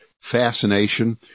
fascination